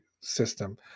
system